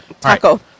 Taco